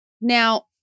Now